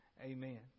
Amen